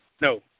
No